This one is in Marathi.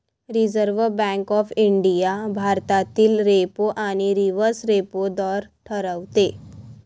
रिझर्व्ह बँक ऑफ इंडिया भारतातील रेपो आणि रिव्हर्स रेपो दर ठरवते